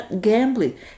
gambling